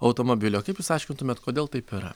automobilio kaip jūs aiškintumėt kodėl taip yra